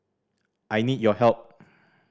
I need your help